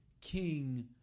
king